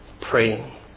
praying